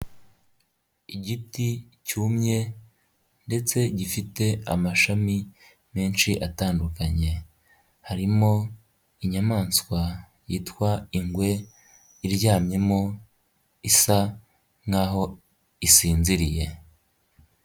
Igiti cyumye ndetse gifite amashami menshi atandukanye, harimo inyamaswa yitwa Ingwe iryamyemo isa nk'aho isinziriye.